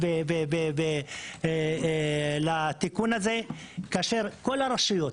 כל הרשויות.